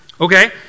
Okay